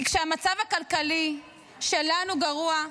כי כשהמצב הכלכלי שלנו גרוע,